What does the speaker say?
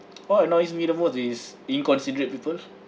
what annoys me the most is inconsiderate people